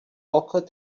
occurred